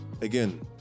Again